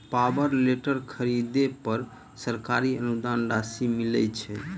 Power tiller खरीदे पर सरकारी अनुदान राशि मिलय छैय?